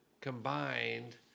combined